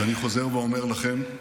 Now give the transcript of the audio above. אז אני חוזר ואומר לכם: